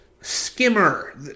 Skimmer